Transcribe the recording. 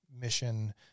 mission